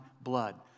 blood